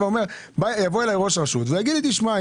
יבוא אליי ראש רשות ויגיד לי: תשמע,